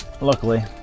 Luckily